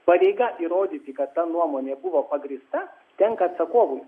pareiga įrodyti kad ta nuomonė buvo pagrįsta tenka atsakovui